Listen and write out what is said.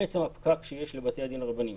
והפקק של בתי-הדין הרבניים.